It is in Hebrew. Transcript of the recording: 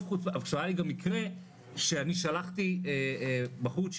היה לי גם מקרה שאני שלחתי בחורצ'יק